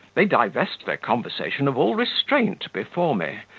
they divest their conversation of all restraint before me,